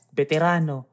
veterano